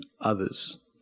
others